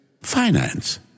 Finance